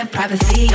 Privacy